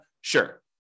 Sure